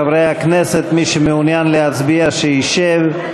חברי הכנסת, מי שמעוניין להצביע, שישב.